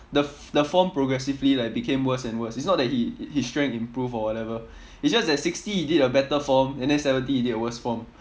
the f~ the form progressively like became worse and worse it's not that he his strength improve or whatever it's just that sixty he did a better form and then seventy he did a worse form